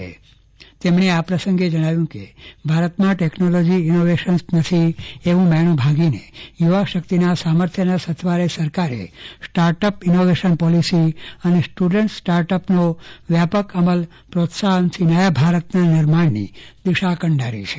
મુખ્યમંત્રી શ્રી વિજયભાઇ રૂપાણીએ આ પ્રસંગે જણાવ્યું કે ભારતમાં ટેકનોલોજી ઇનોવેશન્સ નથી એવું મ્હેણું ભાંગીને યુવાશકિતના સામર્થ્યના સથવારે સરકારે સ્ટાર્ટઅપ ઇનોવેશન પોલિસી અને સ્ટુડન્ટ સ્ટાર્ટઅપનો વ્યાપક અમલ પ્રોત્સાહનથી નયાભારતના નિર્માણની દિશા કંડારી છે